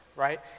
right